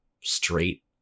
straight